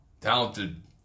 talented